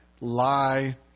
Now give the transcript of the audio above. lie